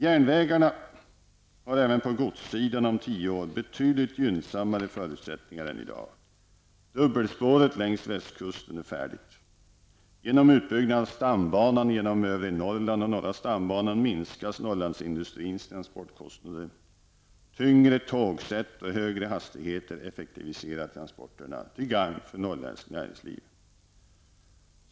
Järnvägar har även på godssidan om tio år betydligt gynnsammare förutsättningar än i dag. Dubbelspåret längs västkusten är färdigt. Genom utbyggnad av stambanan genom övre Norrland och norra stambanan minskas Norrlandsindustrins transportkostnader. Tyngre tågset och högre hastigheter effektiviserar transporterna till gagn för norrländskt näringsliv.